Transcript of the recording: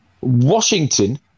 Washington